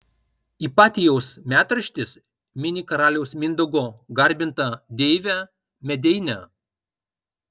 ipatijaus metraštis mini karaliaus mindaugo garbintą deivę medeinę